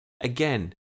Again